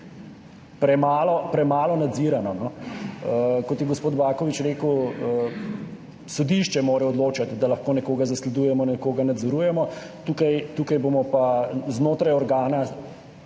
premalo nadzirano. Kot je gospod Baković rekel, sodišče mora odločati, da lahko nekoga zasledujemo, nekoga nadzorujemo, tukaj bomo pa znotraj organa,